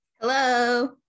Hello